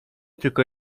tylko